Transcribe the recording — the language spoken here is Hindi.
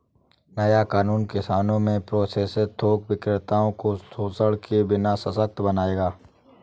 नया कानून किसानों को प्रोसेसर थोक विक्रेताओं को शोषण के बिना सशक्त बनाएगा